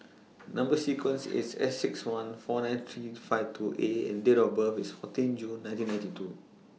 Number sequence IS S six one four nine three five two A and Date of birth IS fourteen June nineteen ninety two